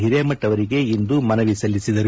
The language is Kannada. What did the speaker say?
ಹಿರೇಮಕ ಅವರಿಗೆ ಇಂದು ಮನವಿ ಸಲ್ಲಿಸಿದರು